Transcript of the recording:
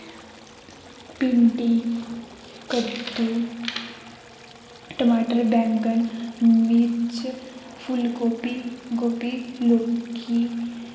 भिंडी कद्दू मटाटर बैंगन मिर्च फुल्ल गोभी गोभी लोकी